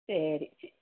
சரி